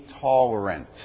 tolerant